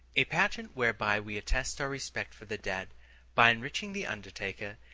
a pageant whereby we attest our respect for the dead by enriching the undertaker,